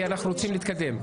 כי אנחנו רוצים להתקדם.